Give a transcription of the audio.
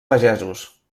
pagesos